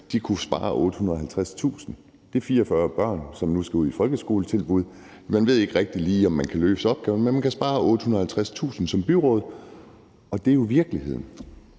man kan spare 850.000 kr. Det er 44 børn, som nu skal ud i folkeskoletilbud; man ved ikke rigtig, om man kan løse opgaven, men man kan som byråd spare 850.000 kr. Det er jo virkeligheden.